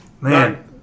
Man